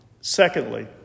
Secondly